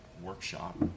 workshop